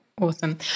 Awesome